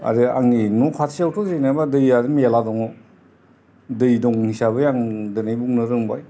आरो आंनि न' खाथिआवथ' जेनेबा दैआनो मेरला दङ दै दं हिसाबै आं दिनै आं बुंनो रोंबाय